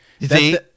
See